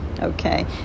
Okay